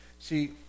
See